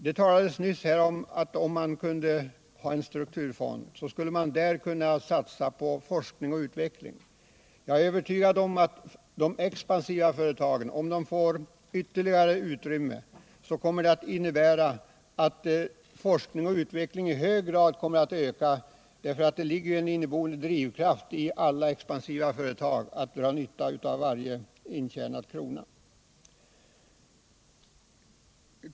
Det har sagts i debatten att införandet av en strukturfond skulle medföra att man här satsade mera på forskning och utveckling. Jag är emellertid övertygad om att om de expansiva företagen får ett ytterligare utrymme så kommer det att innebära att forskning och utveckling i hög grad kommer att öka, eftersom det ju ligger en inneboende drivkraft inom alla expansiva företag när det gäller att dra nytta av varje intjänad krona.